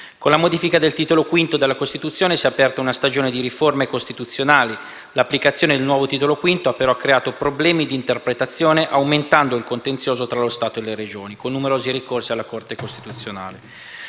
Con la modifica del Titolo V della Costituzione si è aperta una stagione di riforme costituzionali. L'applicazione del nuovo Titolo V ha però creato problemi di interpretazione, aumentando il contenzioso tra Stato e Regioni con numerosi ricorsi alla Corte costituzionale.